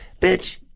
bitch